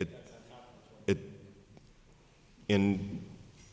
it it in